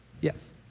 Yes